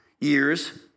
years